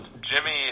Jimmy